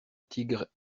tigre